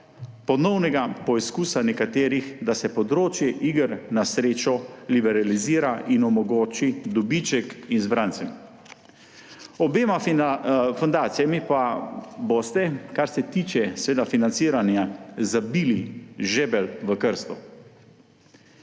ponovnega poskusa nekaterih, da se področje iger na srečo liberalizira in omogoči dobiček izbrancem. Obema fundacijama pa boste, kar se tiče seveda financiranja, zabili žebelj v krsto.